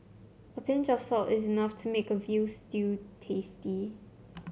a pinch of salt is enough to make a veal stew tasty